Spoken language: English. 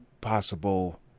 Possible